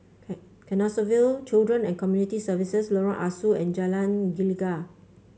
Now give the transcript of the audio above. Can Canossaville Children and Community Services Lorong Ah Soo and Jalan Gelegar